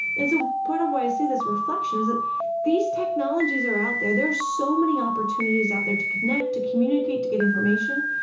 and so part of why i say this reflection is that these technologies are out there. there are so many opportunities opportunities out there to connect, to communicate, to get information.